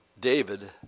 David